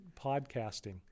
podcasting